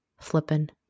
flippin